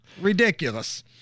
Ridiculous